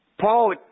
Paul